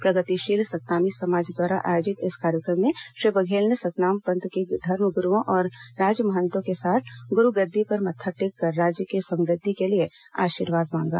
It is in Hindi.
प्रगतिशील संतनामी समाज द्वारा आयोजित इस कार्यक्रम में श्री बघेल ने सतनाम पंथ के धर्मगुरूओं और राजमहंतों के साथ गुरू गद्दी पर मत्था टेककर राज्य की समृद्धि के लिए आशीर्वाद मांगा